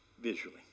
Visually